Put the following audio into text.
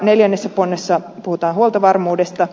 neljännessä ponnessa puhutaan huoltovarmuudesta